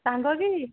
ସାଙ୍ଗ କି